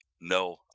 No